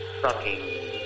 sucking